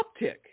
uptick